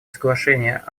соглашения